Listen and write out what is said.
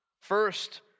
First